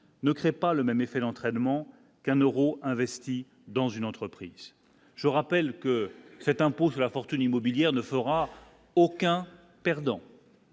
ne crée pas le même effet d'entraînement qu'un Euro investi dans une entreprise, je rappelle que cet impôt sur la fortune immobilière ne fera aucun perdant.